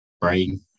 brain